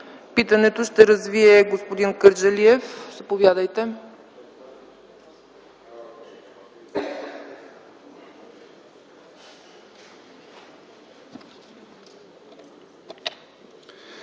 Питането ще развие господин Кърджалиев. Заповядайте.